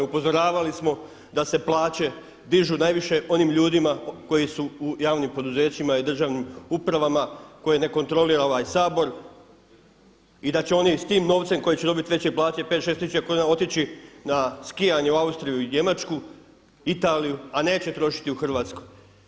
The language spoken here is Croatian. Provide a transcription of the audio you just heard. Upozoravali smo da se plaće dižu najviše onim ljudima koji su u javnim poduzećima i državnim upravama koje ne kontrolira ovaj Sabor i da će oni s tim novcem koji će dobiti veće plaće 5, 6 tisuća kuna otići na skijanje u Austriju, Njemačku, Italiju a neće trošiti u Hrvatskoj.